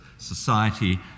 society